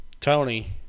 Tony